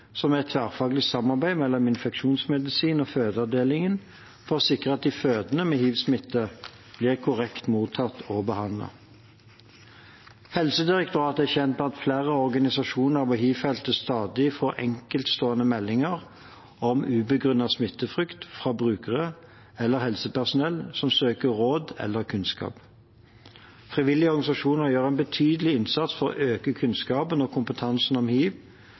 som er et tverrfaglig samarbeid mellom infeksjonsmedisin og fødeavdelingen for å sikre at de fødende med hivsmitte blir korrekt mottatt og behandlet. Helsedirektoratet er kjent med at flere av organisasjonene på hivfeltet stadig får enkeltstående meldinger om ubegrunnet smittefrykt fra brukere eller helsepersonell som søker råd eller kunnskap. Frivillige organisasjoner gjør en betydelig innsats for å øke kunnskapen og kompetansen om hiv